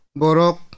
borok